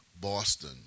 Boston